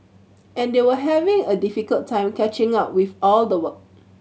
and they were having a difficult time catching up with all the work